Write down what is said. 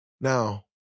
Now